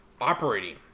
operating